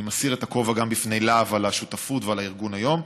אני מסיר את הכובע גם בפני להב על השותפות ועל הארגון היום.